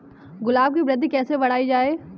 गुलाब की वृद्धि कैसे बढ़ाई जाए?